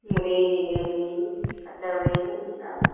मुरही जिलेबी कचौड़ी ई सब